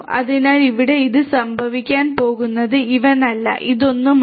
അതിനാൽ ഇവിടെ ഇത് സംഭവിക്കാൻ പോകുന്നത് ഇവനല്ല ഇതൊന്നുമല്ല